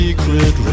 Secret